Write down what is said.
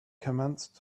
commenced